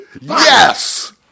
Yes